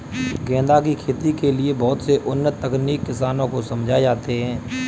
गेंदा की खेती के लिए बहुत से उन्नत तकनीक किसानों को समझाए जाते हैं